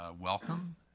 welcome